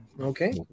Okay